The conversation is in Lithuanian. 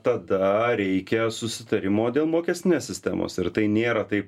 tada reikia susitarimo dėl mokestinės sistemos ir tai nėra taip